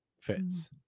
fits